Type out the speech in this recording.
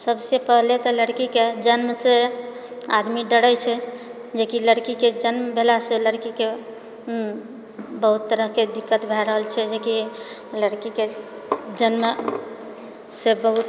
सबसँ पहिले तऽ लड़कीके जन्मसँ आदमी डरैत छै जेकि लड़कीके जन्म भेलासँ लड़कीके बहुत तरहकेँ दिक्कत भए रहल छै जेकि लड़कीके जन्मसँ बहुत